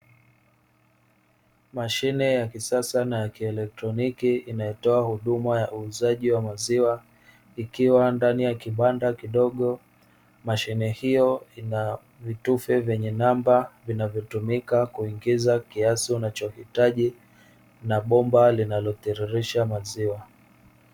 Mashine ya kisasa na kielektroniki inayotoa huduma ya uuzaji wa maziwa. Ikiwa ndani ya kibanda kidogo mashine hiyo ina vitufe vyenye namba vinavyotumika kuingiza kiasi unachohitaji, na bomba linalotiririsha maziwa.